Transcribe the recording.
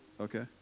Okay